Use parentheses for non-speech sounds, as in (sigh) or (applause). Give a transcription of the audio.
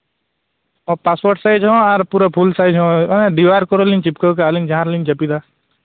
passport size ᱦᱚᱸ ᱟᱨ ᱯᱩᱨᱟᱹ ᱯᱷᱩᱞ ᱥᱟᱭᱤᱡᱽ ᱦᱚᱸ (unintelligible) ᱢᱠᱚᱨᱮ ᱞᱤᱧ ᱪᱤᱯᱠᱟᱹᱣ ᱠᱟᱜᱼᱟ ᱞᱤᱧ ᱡᱟᱦᱟᱸ ᱨᱮᱞᱤᱧ ᱡᱟᱹᱯᱤᱫᱟ